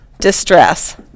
distress